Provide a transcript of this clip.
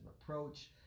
approach